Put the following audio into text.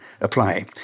apply